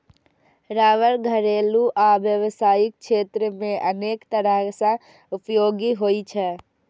रबड़ घरेलू आ व्यावसायिक क्षेत्र मे अनेक तरह सं उपयोगी होइ छै